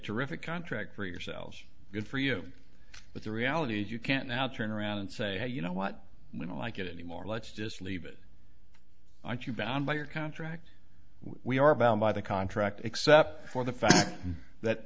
terrific contract for yourselves good for you but the reality is you can now turn around and say you know what we don't like it anymore let's just leave it aren't you bound by your contract we are bound by the contract except for the fact that